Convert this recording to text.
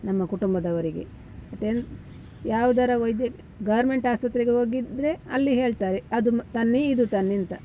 ನಮ್ಮ ಕುಟುಂಬದವರಿಗೆ ಮತ್ತೇನು ಯಾವ್ದರ ವೈದ್ಯ ಗಾರ್ಮೆಂಟ್ ಅಸ್ಪತ್ರೆಗೆ ಹೋಗಿದ್ದರೆ ಅಲ್ಲಿ ಹೇಳ್ತಾರೆ ಅದು ತನ್ನಿ ಇದು ತನ್ನಿ ಅಂತ